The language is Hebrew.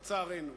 לצערנו.